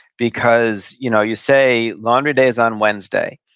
because you know you say, laundry day is on wednesday,